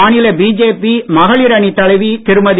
மாநில பிஜேபி மகளிரணி தலைவி திருமதி